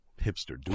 hipster